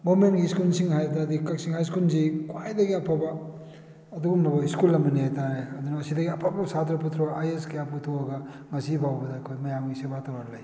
ꯒꯣꯃꯦꯟꯒꯤ ꯏꯁꯀꯨꯜꯁꯤꯡ ꯍꯥꯏꯕ ꯇꯥꯔꯒꯗꯤ ꯀꯛꯆꯤꯡ ꯍꯥꯏ ꯏꯁꯀꯨꯜꯁꯤ ꯈ꯭ꯋꯥꯏꯗꯒꯤ ꯑꯐꯕ ꯑꯗꯨꯒꯨꯝꯂꯕ ꯏꯁꯀꯨꯜ ꯑꯃꯅꯤ ꯍꯥꯏ ꯇꯥꯔꯦ ꯑꯗꯨꯅ ꯑꯁꯤꯗꯒꯤ ꯑꯐ ꯑꯐꯕ ꯁꯥꯇ꯭ꯔ ꯄꯨꯊꯣꯔ ꯑꯥꯏ ꯌꯦ ꯁ ꯀꯌꯥ ꯄꯨꯊꯣꯛꯑꯒ ꯉꯁꯤꯐꯥꯎꯕꯗ ꯑꯩꯈꯣꯏ ꯃꯌꯥꯝꯒꯤ ꯁꯦꯕꯥ ꯇꯧꯔꯒ ꯂꯩ